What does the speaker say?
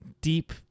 deep